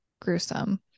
gruesome